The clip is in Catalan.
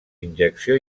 injecció